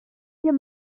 hier